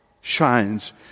shines